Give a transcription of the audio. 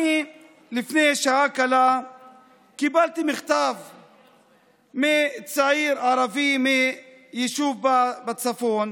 אני לפני שעה קלה קיבלתי מכתב מצעיר ערבי מיישוב בצפון.